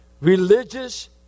religious